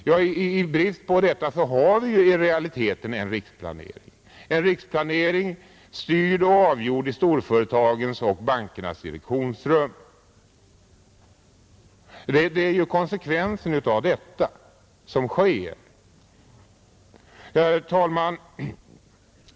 I brist på denna har vi i realiteten en riksplanering, en riksplanering styrd och avgjord i storföretagens och bankernas direktionsrum, Det är konsekvensen av det som sker, Herr talman!